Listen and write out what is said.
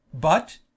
But